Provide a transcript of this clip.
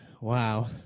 Wow